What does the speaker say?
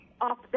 off